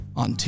on